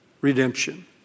redemption